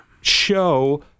show